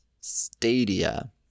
stadia